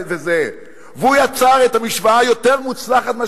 והוא יצר את המשוואה היותר מוצלחת ממה